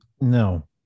No